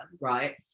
Right